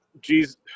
Jesus